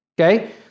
Okay